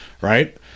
right